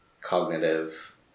cognitive